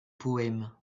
poèmes